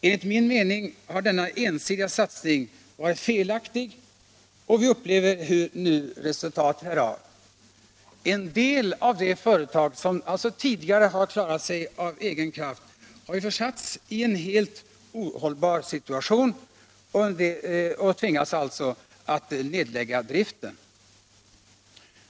Enligt min mening har denna ensidiga satsning varit felaktig och vi upplever nu resultatet härav. En del av de företag som alltså tidigare klarat sig av egen kraft har försatts i en helt ohållbar situation och tvingas att nedlägga driften.